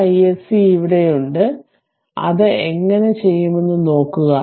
ഈ iSC ഇവിടെയുണ്ട് അത് എങ്ങനെ ചെയ്യുമെന്ന് നോക്കുക